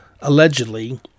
allegedly